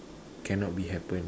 cannot be happen